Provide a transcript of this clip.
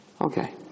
Okay